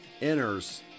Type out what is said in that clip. enters